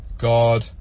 God